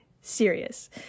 serious